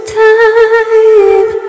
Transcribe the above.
time